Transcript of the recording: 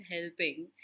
helping